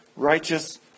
righteous